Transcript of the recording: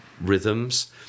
rhythms